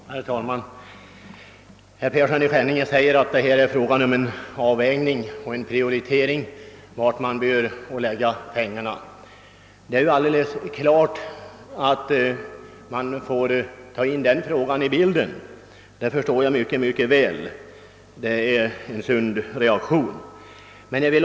Herr talman! Herr Persson i Skänninge säger att det är en ren avvägningsoch prioriteringsfråga var man skall lägga ned pengarna. Jag förstår mycket väl att man måste ta in också denna synpunkt i bilden, ty det är en sund reaktion.